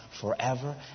forever